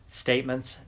statements